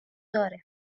داره